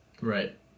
Right